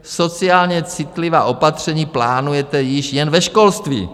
Sociálně citlivá opatření plánujete již jen ve školství.